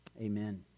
Amen